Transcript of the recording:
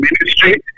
ministry